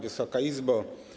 Wysoka Izbo!